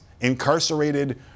incarcerated